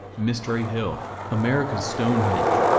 mystery hill america's stonehenge.